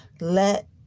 Let